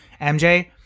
MJ